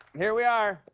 here we are.